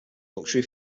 luxury